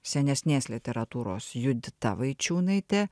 senesnės literatūros judita vaičiūnaitė